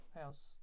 house